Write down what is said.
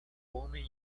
homem